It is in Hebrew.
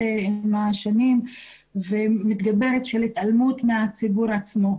עם השנים ומתגברת של התעלמות מהציבור עצמו.